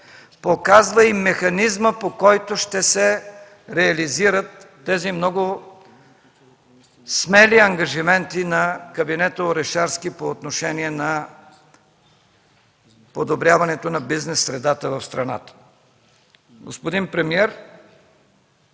показва и механизма, по който ще се реализират тези много смели ангажименти на кабинета Орешарски по отношение на подобряването на бизнес средата в страната. Господин премиер,